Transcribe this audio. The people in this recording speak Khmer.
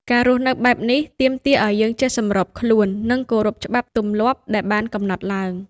ការរស់នៅបែបនេះ ទាមទារឲ្យយើងចេះសម្របខ្លួន និងគោរពច្បាប់ទម្លាប់ដែលបានកំណត់ឡើង។